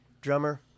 drummer